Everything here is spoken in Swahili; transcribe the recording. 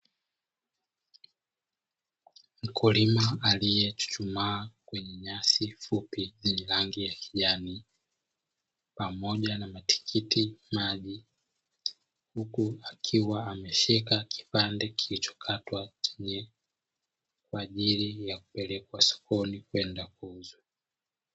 Mkulima aliyechuchumaa kwenye nyasi fupi zenye rangi ya kijani paomja na matikiti maji huku akiwa ameshika kipande kilichokatwa chenye kwa ajili ya kupeleka sokoni kwenda kuuza.